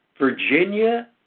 Virginia